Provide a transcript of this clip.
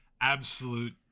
absolute